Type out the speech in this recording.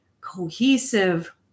cohesive